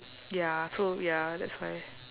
ya so ya that's why